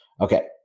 Okay